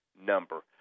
number